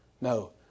No